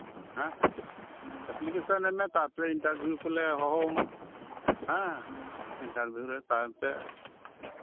ᱦᱮᱸ ᱮᱯᱞᱤᱠᱮᱥᱚᱱ ᱮᱢ ᱢᱮ ᱛᱟᱨᱯᱚᱨᱮ ᱤᱱᱴᱟᱨᱵᱷᱤᱭᱩ ᱠᱚᱞᱮ ᱦᱚᱦᱚ ᱟᱢᱟ ᱦᱮᱸ ᱤᱱᱴᱟᱨᱵᱷᱤᱭᱩ ᱨᱮ ᱛᱟᱭᱚᱢ ᱛᱮ